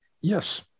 Yes